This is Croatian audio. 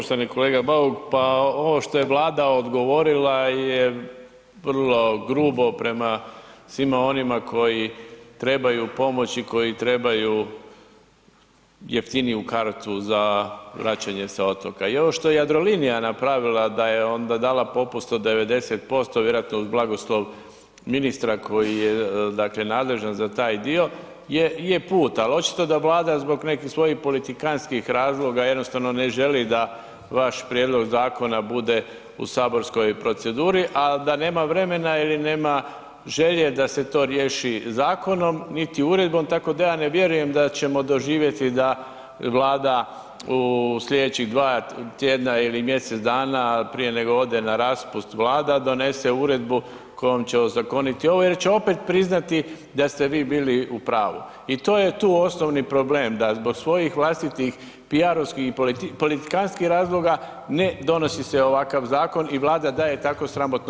Poštovani kolega Bauk, pa ovo je Vlada odgovorila je vrlo grubo prema svima onima koji trebaju pomoć i koji trebaju jeftiniju kartu za vraćanje sa otoka i ono što je Jadrolinija napravila da je onda dala popust od 90% vjerojatno uz blagoslov ministra koji je nadležan za taj dio je put ali očito da Vlada zbog nekih svojih politikantskih razloga jednostavno ne želi da vaš prijedlog zakona bude u saborskoj proceduri a da nema vremena ili nema želje da se to riješi zakonom niti uredbom, tako da ja ne vjerujem da ćemo doživjeti da Vlada u slijedećih 2 tj. ili mjesec dana prije nego ode na raspust, Vlada donese uredbu kojom će ozakoniti ovo jer će opet priznati da ste bili u pravu i to je tu osnovni problem da zbog svojih vlastitih PR-ovskih i politikantskih razloga, ne donosi se ovakav zakon i Vlada daje takvo sramotno mišljenje.